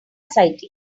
exciting